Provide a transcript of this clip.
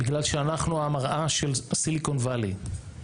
בגלל שאנחנו המראה של סיליקון ואלי.